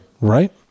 Right